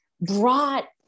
brought